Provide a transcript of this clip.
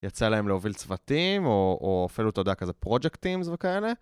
יצא להם להוביל צוותים, או אפילו, אתה יודע, פרוג'קטים וכאלה.